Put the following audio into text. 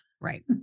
Right